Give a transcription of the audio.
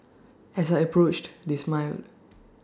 as I approached they smiled